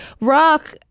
Rock